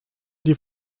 die